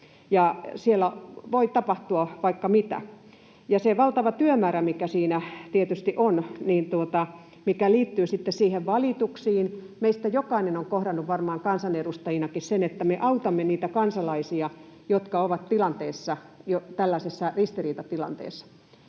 siellä voi tapahtua vaikka mitä. Ja se työmäärä on valtava, mikä siinä tietysti on, mikä liittyy sitten niihin valituksiin. Meistä jokainen on varmaan kohdannut kansanedustajanakin sen, että me autamme niitä kansalaisia, jotka ovat tällaisessa ristiriitatilanteessa,